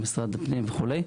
משרד הפנים וכו'.